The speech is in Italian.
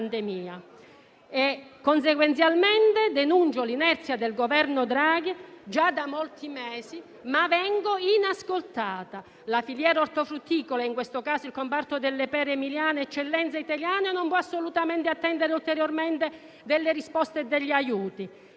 Conseguenzialmente, denuncio l'inerzia del Governo Draghi, già da molti mesi, ma vengo inascoltata. La filiera ortofrutticola, in questo caso il comparto delle pere emiliane, eccellenza italiana, non può assolutamente attendere ulteriormente risposte e aiuti.